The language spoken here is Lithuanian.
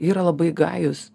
yra labai gajūs